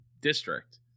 district